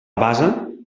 base